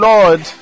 Lord